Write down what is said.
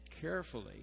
carefully